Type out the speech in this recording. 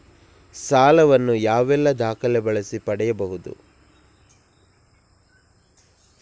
ಸಾಲ ವನ್ನು ಯಾವೆಲ್ಲ ದಾಖಲೆ ಬಳಸಿ ಪಡೆಯಬಹುದು?